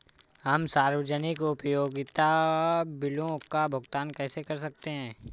हम सार्वजनिक उपयोगिता बिलों का भुगतान कैसे कर सकते हैं?